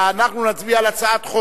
אנחנו נצביע על הצעת חוק